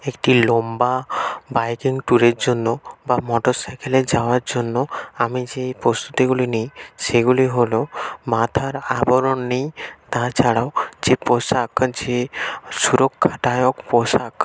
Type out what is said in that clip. একটি লম্বা বাইকিং ট্যুরের জন্য বা মোটর সাইকেলে যাওয়ার জন্য আমি সেই প্রস্তুতিগুলি নিই সেগুলি হলো মাথার আবরণ নিই তাছাড়াও যে পোশাক যে সুরক্ষাদায়ক পোশাক